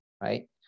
right